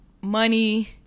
money